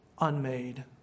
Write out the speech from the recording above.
unmade